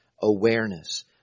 awareness